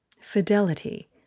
fidelity